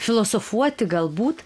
filosofuoti galbūt